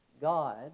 God